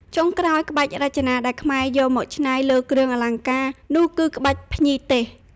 ចុងក្រោយ ក្បាច់រចនាដែលខ្មែរយកមកច្នៃលើគ្រឿងអលង្ការដែរ នោះគឺក្បាច់ភ្ញីទេស។